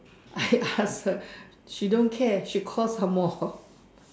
I ask her she don't care she call some more